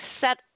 set